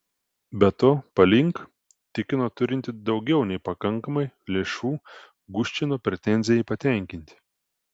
be to palink tikino turinti daugiau nei pakankamai lėšų guščino pretenzijai patenkinti